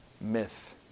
myth